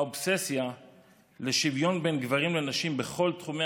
האובססיה לשוויון בין גברים לנשים בכל תחומי